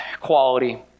quality